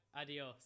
adios